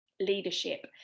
leadership